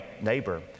neighbor